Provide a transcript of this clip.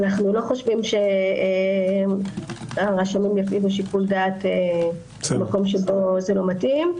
אנחנו לא חושבים שהרשמים יפעילו שיקול דעת במקום שזה לא מתאים.